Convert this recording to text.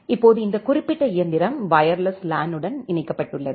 இப்போது இந்த குறிப்பிட்ட இயந்திரம் வயர்லெஸ் லேனுடன் இணைக்கப்பட்டுள்ளது